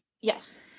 Yes